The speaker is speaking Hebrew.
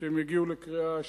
כאשר יגיעו החוקים,